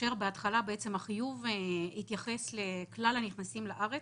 כאשר בהתחלה החיוב התייחס לכלל הנכנסים לארץ,